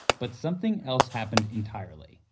but something else happened entirely.